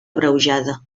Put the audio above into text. abreujada